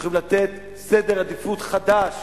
שיכולים לתת סדר עדיפויות חדש